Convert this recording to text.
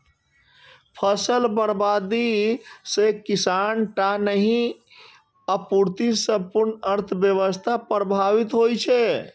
फसल बर्बादी सं किसाने टा नहि, अपितु संपूर्ण अर्थव्यवस्था प्रभावित होइ छै